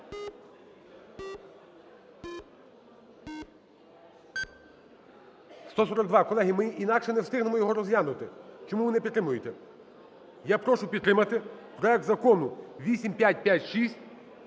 За-142 Колеги, ми інакше не встигнемо його розглянути. Чому ви не підтримуєте? Я прошу підтримати проект Закону 8556